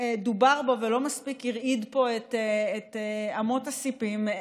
דובר בו והוא לא מספיק הרעיד פה את אמות הסיפים.